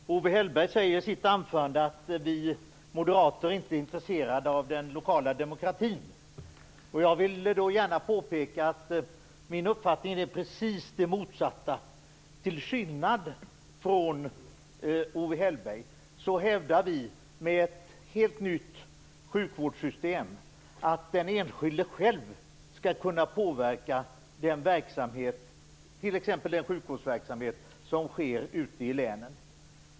Herr talman! Owe Hellberg säger i sitt anförande att vi moderater inte är intresserade av den lokala demokratin. Då vill jag gärna påpeka att min uppfattning är precis den motsatta. Till skillnad från Owe Hellberg hävdar vi att med ett helt nytt sjukvårdssystem skall den enskilde själv kunna påverka t.ex. den sjukvårdsverksamhet som sker ute i länen.